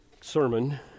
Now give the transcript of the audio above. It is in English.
sermon